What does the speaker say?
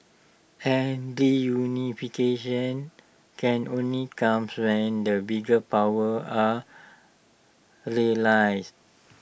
and reunification can only comes when the big powers are realised